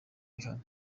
rihanna